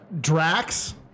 Drax